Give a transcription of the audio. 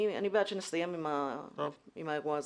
אני בעד שנסיים עם האירוע הזה.